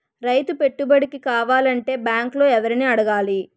రైతు పెట్టుబడికి కావాలంటే బ్యాంక్ లో ఎవరిని కలవాలి?